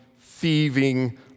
thieving